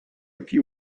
few